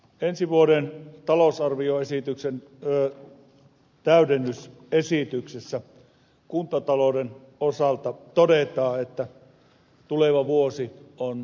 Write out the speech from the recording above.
ensi vuoden talousarvioesityksen täydennysesityksessä kuntatalouden osalta todetaan että tuleva vuosi on erittäin vaikea